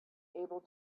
able